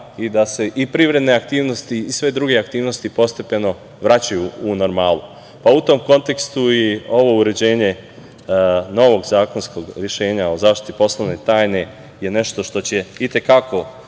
i da se i privredne aktivnosti i sve druge aktivnosti postepeno vraćaju u normalu. Pa u tome kontekstu i ovo uređenje novog zakonskog rešenja o zaštiti poslovne tajne je nešto što će i te kako